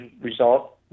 result